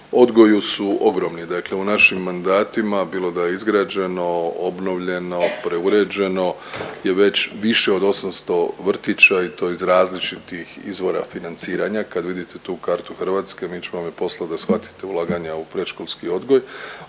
odgoju su ogromni. Dakle, u našim mandatima bilo da je izgrađeno, obnovljeno, preuređeno je već više od 800 vrtića i to iz različitih izvora financiranja. Kad vidite tu kartu Hrvatske mi ćemo vam je poslati da shvatite ulaganja u predškolski odgoj,